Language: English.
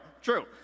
true